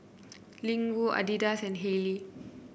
Ling Wu Adidas and Haylee